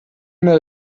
mail